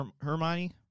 Hermione